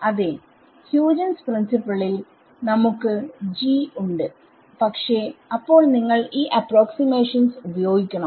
അതെ ഹ്യൂജെൻസ് പ്രിൻസിപിളിൽ നമുക്ക് ഉണ്ട് പക്ഷെ അപ്പോൾ നിങ്ങൾ ഈ അപ്രോക്സിമാഷൻസ് ഉപയോഗിക്കണം